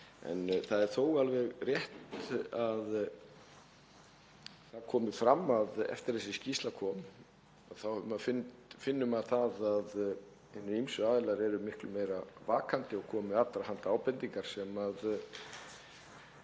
það. Þó er alveg rétt að það komi fram að eftir að þessi skýrsla kom finnur maður að hinir ýmsu aðilar eru miklu meira vakandi og koma með allra handa ábendingar sem við